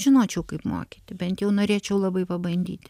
žinočiau kaip mokyti bent jau norėčiau labai pabandyti